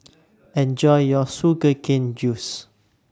Enjoy your Sugar Cane Juice